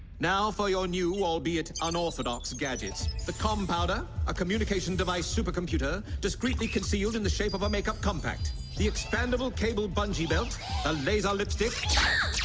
now for your new albeit unorthodox gadgets comp outer a communication device supercomputer discreetly concealed in the shape of a makeup compact the expandable cable bungee belt a laser lipstick can